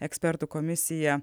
ekspertų komisija